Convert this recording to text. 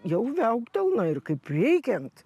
jau viauktelna ir kaip reikiant